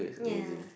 yeah